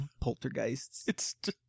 Poltergeists